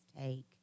take